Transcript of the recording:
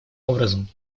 образом